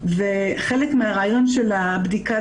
וחלק מהרעיון של הבדיקה,